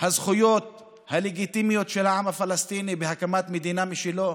הזכויות הלגיטימיות של העם הפלסטיני להקמת מדינה משלו.